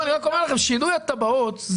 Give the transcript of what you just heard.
אני קראתי את המצגת הקודמת וכתוב בה המענה השלם.